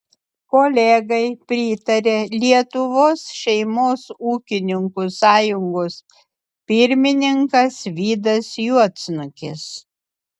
kolegai pritarė lietuvos šeimos ūkininkų sąjungos pirmininkas vidas juodsnukis